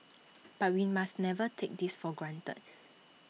but we must never take this for granted